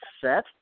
set